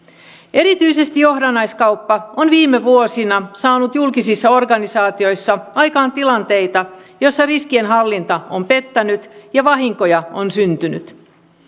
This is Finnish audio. erityisesti johdannaiskauppa on viime vuosina saanut julkisissa organisaatioissa aikaan tilanteita joissa riskienhallinta on pettänyt ja vahinkoja on syntynyt